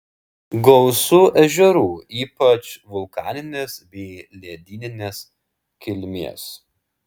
gausu ežerų ypač vulkaninės bei ledyninės kilmės